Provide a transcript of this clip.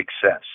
success